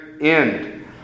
end